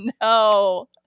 no